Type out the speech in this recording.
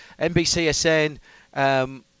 NBCSN